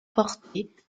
portés